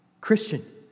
Christian